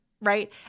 right